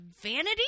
vanity